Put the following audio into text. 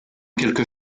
quelques